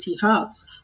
Hearts